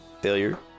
Failure